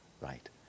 right